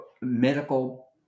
medical